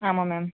ஆமாம் மேம்